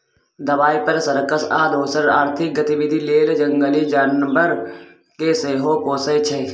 दबाइ, fur, circus आ दोसर आर्थिक गतिबिधि लेल जंगली जानबर केँ सेहो पोसय छै